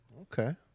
okay